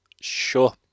Sure